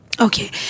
Okay